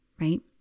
right